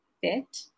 fit